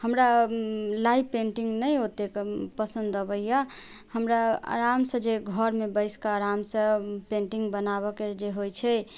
हमरा live painting नहि ओतेक पसन्द अबैया हमरा आराम सऽ जे घरमे बसि कऽ आराम सऽ पेन्टिंग बनाबऽ के जे होइ छै